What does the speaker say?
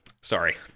Sorry